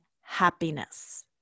happiness